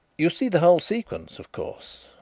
you see the whole sequence, of course?